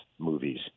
movies